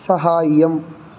साहाय्यम्